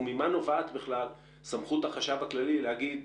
וממה נובעת בכלל סמכות החשב הכללי להגיד,